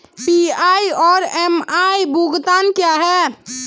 PI और MI भुगतान क्या हैं?